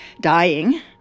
dying